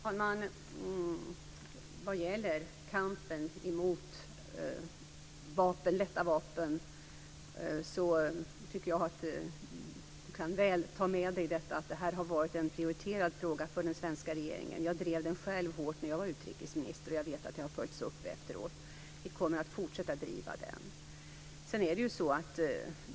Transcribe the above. Fru talman! Vad gäller kampen mot lätta vapen kan Carina Hägg mycket väl ta med sig ett besked att det här har varit en prioriterad fråga för den svenska regeringen. Jag drev den själv hårt medan jag var utrikesminister, och jag vet att det arbetet har följts upp efteråt. Vi kommer också att fortsätta att driva den.